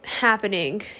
happening